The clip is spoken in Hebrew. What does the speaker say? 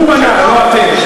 הוא בנה, לא אתם.